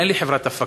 אין לי חברת הפקה,